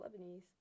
Lebanese